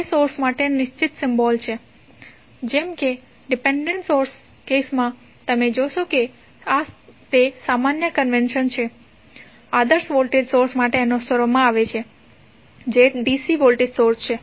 તે સોર્સ માટે નિશ્ચિત સિમ્બોલ્સ છે જેમ કે ઇંડિપેંડેન્ટ સોર્સના કેસ માં તમે જોશો કે આ તે સામાન્ય કન્વેનશન છે જે આદર્શ વોલ્ટેજ સોર્સ માટે અનુસરવામાં આવે છે જે dc વોલ્ટેજ સોર્સ છે